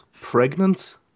Pregnant